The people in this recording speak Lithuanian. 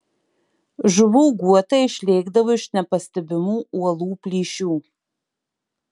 žuvų guotai išlėkdavo iš nepastebimų uolų plyšių